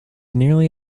nearly